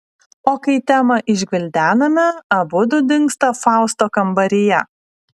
o kai temą išgvildename abudu dingsta fausto kambaryje